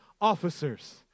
officers